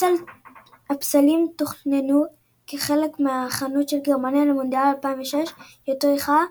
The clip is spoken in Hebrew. הפסלים תוכננו כחלק מההכנות של גרמניה למונדיאל 2006 שאותו אירחה,